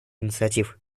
инициатив